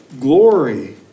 glory